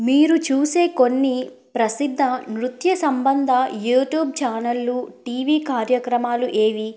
మీరు చూసే కొన్ని ప్రసిద్ధ నృత్య సంబంధ యూట్యూబ్ ఛానళ్ళు టీవీ కార్యక్రమాలు ఏవి